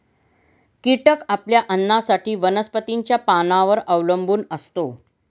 कीटक आपल्या अन्नासाठी वनस्पतींच्या पानांवर अवलंबून असतो